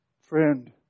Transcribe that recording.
friend